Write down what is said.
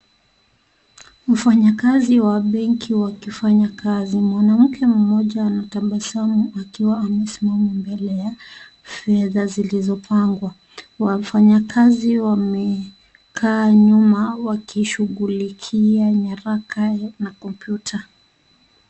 Mfanyakazi wa benki wakifanya kazi, mwanamke mmoja anatabasamu akiwa amesimama mbele ya fedha zilizopangwa, wafanyakazi wamekaa nyuma wakishughulikia nyaraka na kompyuta.